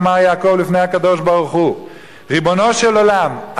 אמר יעקב לפני הקדוש-ברוך-הוא: ריבונו של עולם,